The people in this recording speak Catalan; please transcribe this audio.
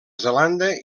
zelanda